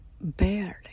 barely